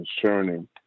concerning